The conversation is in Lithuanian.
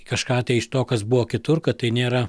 kažką tai iš to kas buvo kitur kad tai nėra